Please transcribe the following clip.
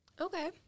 Okay